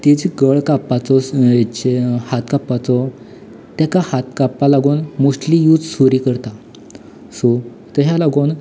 तें जें गळो कापपाचो हात कापपाचो ताका हात कापपाक लागून मोस्टली यूज सुरी करता सो तेहा लागून